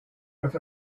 with